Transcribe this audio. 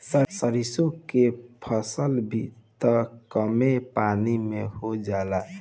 सरिसो के फसल भी त कमो पानी में हो जाला